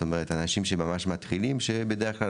זאת אומרת אנשים שממש מתחילים שבדרך כלל,